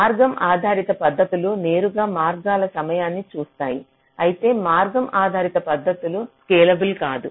మార్గం ఆధారిత పద్ధతులు నేరుగా మార్గాల సమయాన్ని చూస్తాయి అయితే మార్గం ఆధారిత పద్ధతులు స్కేలబుల్ కాదు